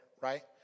right